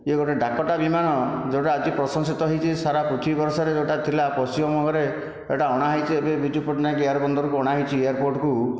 ଇଏ ଗୋଟିଏ ଡାକଟା ବିମାନ ଯେଉଁଟା ଆଜି ପ୍ରସଂଶିତ ହୋଇଛି ସାରା ପୃଥିବୀ ବର୍ଷରେ ଯେଉଁଟା ଥିଲା ପଶ୍ଚିମ ବଙ୍ଗରେ ଏଇଟା ଅଣାହୋଇଛି ଏବେ ବିଜୁ ପଟ୍ଟନାୟକ ଏୟାର ବନ୍ଦରକୁ ଅଣାଯାଇଛି ଏଅରପୋର୍ଟ୍ କୁ